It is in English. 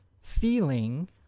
feeling